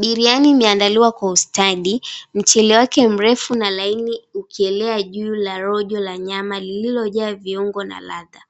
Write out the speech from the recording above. Biriani imeandaliwa kwa ustadi. Mchele wake mrefu na laini ukielea juu la rojo la nyama lililojaa viungo na ladha